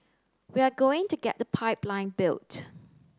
we are going to get the pipeline built